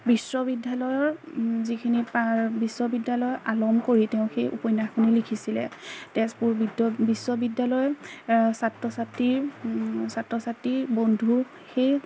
বিশ্ববিদ্যালয়ৰ যিখিনি পাৰ বিশ্ববিদ্যালয় আলম কৰি তেওঁ সেই উপন্যাসখিনি লিখিছিলে তেজপুৰ বিশ্ববিদ্যালয়ৰ ছাত্ৰ ছাত্ৰী ছাত্ৰ ছাত্ৰী বন্ধু সেই